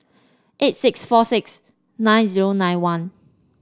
eight six four six nine zero nine one